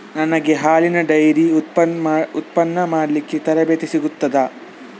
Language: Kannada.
ನನಗೆ ಹಾಲಿನ ಡೈರಿ ಉತ್ಪನ್ನ ಮಾಡಲಿಕ್ಕೆ ತರಬೇತಿ ಸಿಗುತ್ತದಾ?